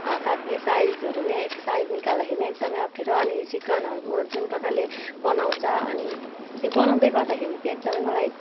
काट्ने साइजहरू नै एक साइज निकाल्दाखेरि नै एकदमै अप्ठ्यारो अनि चिकनहरू जुन प्रकारले बनाउँछ अनि त्यो बनाउँदै गर्दाखेरि चाहिँ एकदमै मलाई